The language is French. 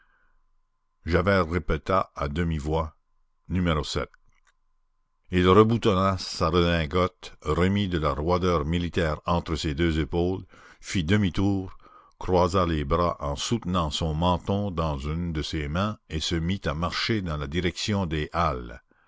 javert répéta à demi-voix numéro sept il reboutonna sa redingote remit de la roideur militaire entre ses deux épaules fit demi-tour croisa les bras en soutenant son menton dans une de ses mains et se mit à marcher dans la direction des halles